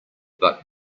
but